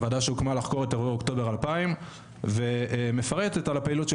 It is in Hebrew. הוועדה שהוקמה לחקור את אירועי אוקטובר 2000 ומפרטת על הפעילות של